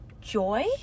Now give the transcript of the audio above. joy